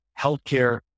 healthcare